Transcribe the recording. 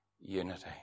unity